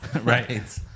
Right